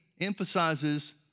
emphasizes